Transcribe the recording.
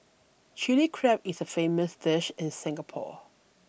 Chilli Crab is a famous dish in Singapore